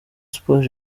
sport